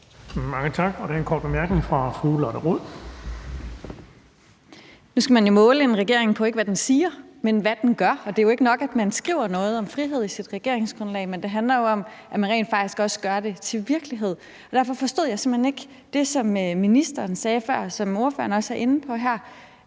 Mange tak. Der er en kort bemærkning fra fru Lotte Rod. Kl. 14:44 Lotte Rod (RV): Nu skal man jo måle en regering på, ikke hvad den siger, men hvad den gør. Det er ikke nok, at man skriver noget om frihed i sit regeringsgrundlag, for det handler jo om, at man rent faktisk også gør det til virkelighed. Derfor forstod jeg simpelt hen ikke det, som ministeren sagde før, og som ordføreren også er inde på her: